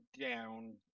down